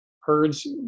herds